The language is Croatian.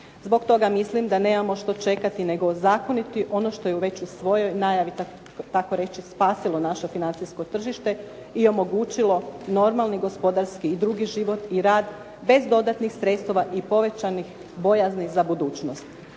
Zbog toga mislim da nemamo što čekati, nego ozakoniti ono što je već u svojoj najavi tako reći spasilo naše financijsko tržište i omogućilo normalni gospodarski i drugi život i rad bez dodatnih sredstava i povećanih bojazni za budućnost.